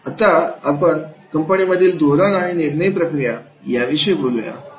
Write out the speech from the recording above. आता आपण कंपनीमधील धोरण आणि निर्णय प्रक्रिया याविषयी बोलूया